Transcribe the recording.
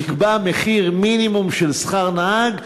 נקבע מחיר מינימום של שכר נהג,